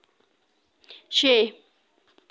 छे